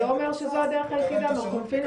זה לא אומר שזו הדרך היחידה מר קונפינו,